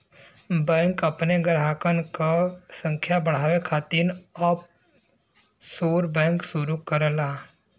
bank अपने ग्राहकन क संख्या बढ़ावे खातिर ऑफशोर बैंक शुरू करला